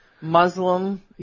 Muslim